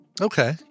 Okay